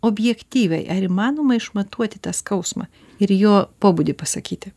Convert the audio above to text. objektyviai ar įmanoma išmatuoti tą skausmą ir jo pobūdį pasakyti